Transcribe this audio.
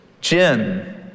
Jim